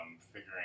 figuring